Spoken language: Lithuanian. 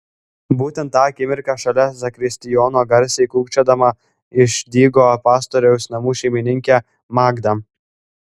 būtent tą akimirką šalia zakristijono garsiai kūkčiodama išdygo pastoriaus namų šeimininkė magda